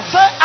Say